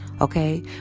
okay